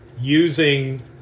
using